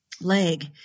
leg